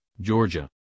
georgia